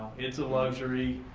it's a luxury.